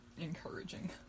encouraging